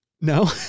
no